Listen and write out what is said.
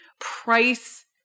price